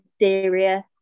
mysterious